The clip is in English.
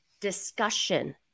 discussion